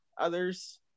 others